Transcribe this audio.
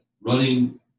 running